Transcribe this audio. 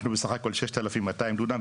אנחנו בסך הכל 6,200 דונם,